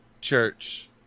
church